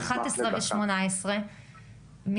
השעה 11:18. אני אשמח להגיד משהו.